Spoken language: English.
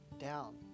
down